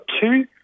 two